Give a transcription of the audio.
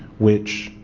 which